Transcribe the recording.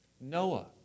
Noah